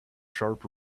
sharp